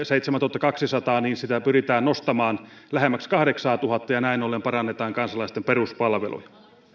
seitsemäätuhattakahtasataa pyritään nostamaan lähemmäksi kahdeksaatuhatta ja näin ollen parannetaan kansalaisten peruspalveluja